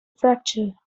fracture